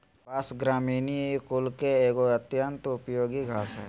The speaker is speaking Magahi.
बाँस, ग्रामिनीई कुल के एगो अत्यंत उपयोगी घास हइ